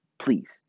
Please